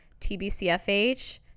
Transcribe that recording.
tbcfh